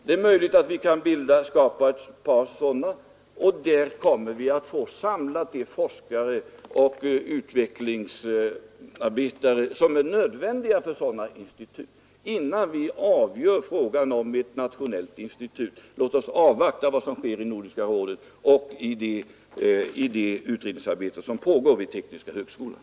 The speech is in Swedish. Det är möjligt att vi kan skapa ett par sådana, och där kommer vi att få de forskare och utvecklingsarbetare samlade som är nödvändiga för sådana institut. Innan vi avgör frågan om ett nationellt institut — låt oss avvakta vad som sker i Nordiska rådet och i det utredningsarbete som pågår vid tekniska högskolan.